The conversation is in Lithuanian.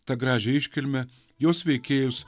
tą gražią iškilmę jos veikėjus